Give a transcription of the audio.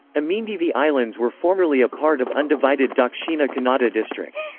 amindivi islands were formerly a part of undivided dakshina kannada district.